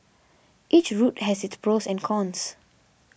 each route has its pros and cons